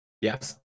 yes